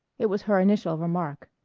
it was her initial remark.